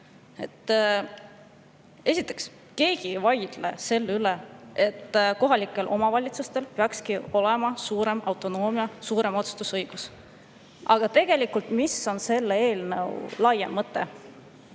Esiteks, keegi ei vaidle selle vastu, et kohalikel omavalitsustel peaks olema suurem autonoomia, suurem otsustusõigus. Aga mis tegelikult on selle eelnõu laiem mõte?